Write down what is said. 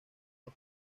los